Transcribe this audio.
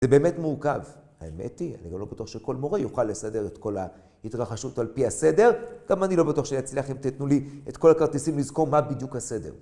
זה באמת מורכב. האמת היא, אני גם לא בטוח שכל מורה יוכל לסדר את כל ההתרחשות על פי הסדר, גם אני לא בטוח שאני אצליח אם תתנו לי את כל הכרטיסים לזכור מה בדיוק הסדר.